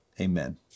amen